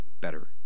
better